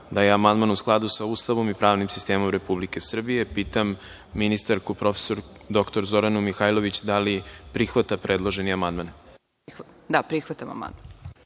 da je amandman u skladu sa Ustavom i pravnim sistemom Republike Srbije. Pitam ministarku prof. dr Zoranu Mihajlović, da li prihvata predloženi amandman? **Zorana